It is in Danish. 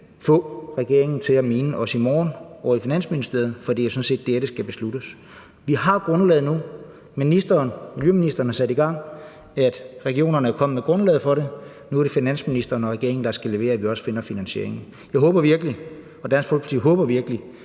få regeringen til at mene i morgen ovre i Finansministeriet, for det er jo sådan set der, det skal besluttes. Vi har grundlaget nu; miljøministeren har igangsat, at regionerne er kommet med grundlaget for det, og nu er det finansministeren og regeringen, der skal levere, i forhold til at vi også finder finansieringen. Jeg og Dansk Folkeparti håber virkelig,